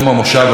יהיו בחירות,